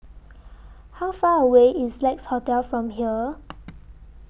How Far away IS Lex Hotel from here